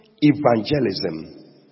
evangelism